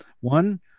One